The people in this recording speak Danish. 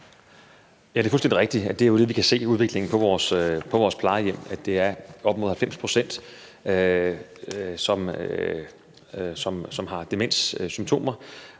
Det er fuldstændig rigtigt. Det er jo den udvikling, vi kan se på vores plejehjem. Det er op mod 90 pct., som har demenssymptomer.